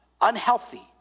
unhealthy